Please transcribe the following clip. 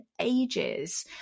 ages